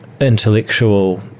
intellectual